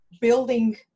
building